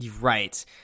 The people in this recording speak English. Right